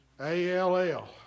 A-L-L